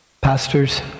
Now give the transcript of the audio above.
Pastors